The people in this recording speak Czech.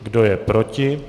Kdo je proti?